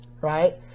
Right